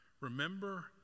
Remember